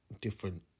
different